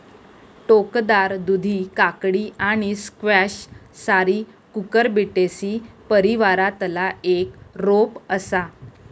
टोकदार दुधी काकडी आणि स्क्वॅश सारी कुकुरबिटेसी परिवारातला एक रोप असा